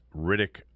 Riddick